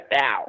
now